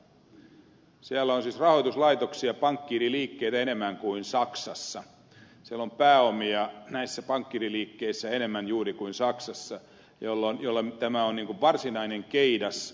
siellä on siis rahoituslaitoksia pankkiiriliikkeitä enemmän kuin saksassa näissä pankkiiriliikkeissä on pääomia enemmän kuin saksassa jolloin tämä on varsinainen keidas